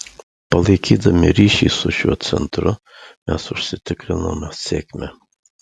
palaikydami ryšį su šiuo centru mes užsitikriname sėkmę